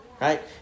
right